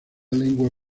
lengua